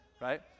right